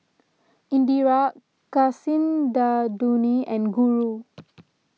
Indira Kasinadhuni and Guru